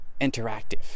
interactive